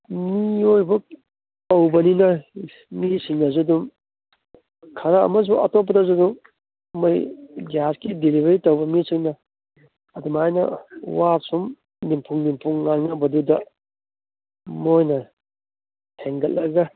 ꯃꯤꯑꯣꯏꯕ ꯀꯧꯕꯅꯤꯅ ꯃꯤꯁꯤꯡꯅꯁꯨ ꯑꯗꯨꯝ ꯈꯔ ꯑꯃꯁꯨ ꯑꯇꯣꯞꯄꯗꯁꯨ ꯑꯗꯨꯝ ꯃꯣꯏ ꯒ꯭ꯌꯥꯁꯀꯤ ꯗꯦꯂꯤꯚꯔꯤ ꯇꯧꯕ ꯃꯤꯁꯤꯡꯅ ꯑꯗꯨꯃꯥꯏꯅ ꯋꯥ ꯁꯨꯝ ꯅꯤꯝꯐꯨ ꯅꯤꯝꯐꯨ ꯉꯥꯡꯅꯕꯗꯨꯗ ꯃꯣꯏꯅ ꯍꯦꯟꯒꯠꯂꯒ